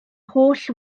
holl